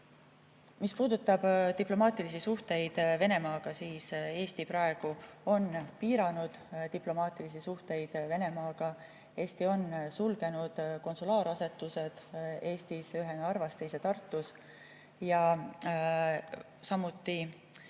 puudutab diplomaatilisi suhteid Venemaaga, siis Eesti on praegu piiranud diplomaatilisi suhteid Venemaaga. Eesti on sulgenud konsulaarasutused Eestis, ühe Narvas ja teise Tartus. Samuti